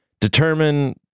determine